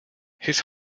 his